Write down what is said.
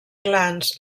glans